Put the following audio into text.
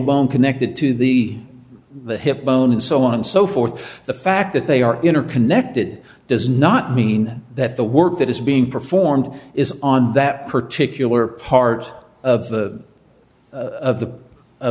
bone connected to the the hip bone and so on and so forth the fact that they are interconnected does not mean that the work that is being performed is on that particular part of the of the